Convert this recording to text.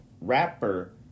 rapper